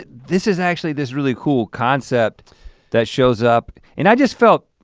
this is actually this really cool concept that shows up and i just felt,